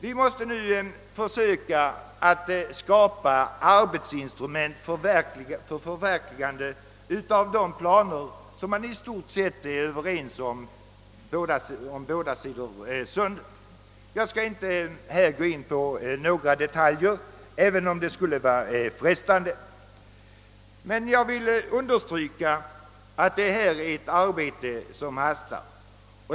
Vi måste nu försöka skapa arbetsinstrument för förverkligandet av de planer som man i stort sett är överens om på båda sidor om Öresund. Jag skall inte gå in på några detaljer även om det skulle vara frestande, men jag vill understryka att det är fråga om ett arbete som hastar.